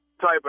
type